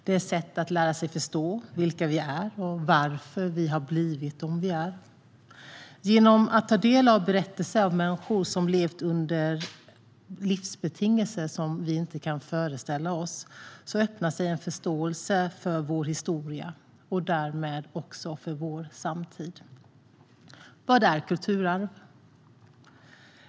Det är ett sätt att förstå vilka vi är och varför vi har blivit de vi är. Genom att ta del av berättelser om människor som levt under livsbetingelser vi inte kan föreställa oss öppnar sig en förståelse för vår historia - och därmed också för vår samtid. Vad är kulturarv?